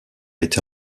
été